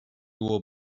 will